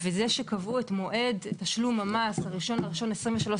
וזה שקבעו את מועד תשלום המס ל-1.1.23,